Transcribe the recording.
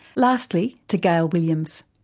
lastly to gail williams.